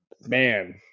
man